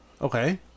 Okay